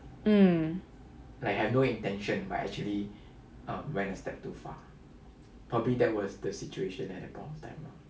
mm